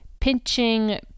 pinching